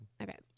Okay